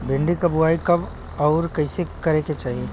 भिंडी क बुआई कब अउर कइसे करे के चाही?